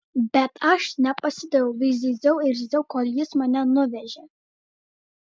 bet aš nepasidaviau vis zyziau ir zyziau kol jis mane nuvežė